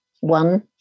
One